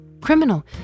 Criminal